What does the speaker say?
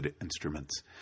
instruments